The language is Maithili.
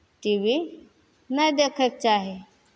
टी वी नहि देखयके चाही